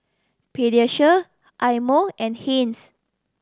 Pediasure Eye Mo and Heinz